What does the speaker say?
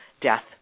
death